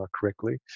correctly